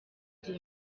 gihe